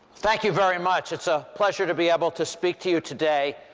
thank you very much. it's a pleasure to be able to speak to you today.